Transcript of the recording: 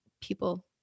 people